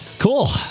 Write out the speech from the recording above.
Cool